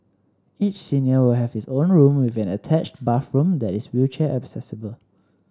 each senior will have his own room with an attached bathroom that is wheelchair accessible